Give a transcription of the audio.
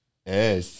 Yes